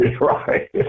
Right